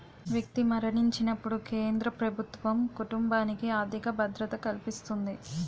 వ్యక్తి మరణించినప్పుడు కేంద్ర ప్రభుత్వం కుటుంబానికి ఆర్థిక భద్రత కల్పిస్తుంది